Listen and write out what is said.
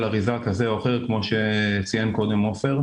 אריזה כזה או אחר כפי שציין עופר.